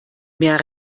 mehr